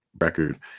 record